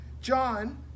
John